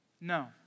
No